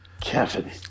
kevin